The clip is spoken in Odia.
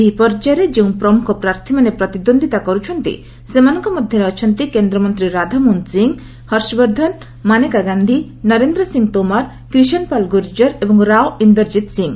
ଏହି ପର୍ଯ୍ୟାୟରେ ଯେଉଁ ପ୍ରମୁଖ ପ୍ରାର୍ଥୀମାନେ ପ୍ରତିଦ୍ୱନ୍ଦ୍ୱିତା କରୁଛନ୍ତି ସେମାନଙ୍କ ମଧ୍ୟରେ ଅଛନ୍ତି କେନ୍ଦ୍ରମନ୍ତ୍ରୀ ରାଧାମୋହନ ସିଂ ହର୍ଷବର୍ଦ୍ଧନ ମାନେକା ଗାନ୍ଧି ନରେନ୍ଦ୍ର ସିଂ ତୋମାର କ୍ରିଷନ୍ ପାଲ୍ ଗୁର୍ଜର୍ ଏବଂ ରାଓ ଇନ୍ଦର୍ଜିତ୍ ସିଂ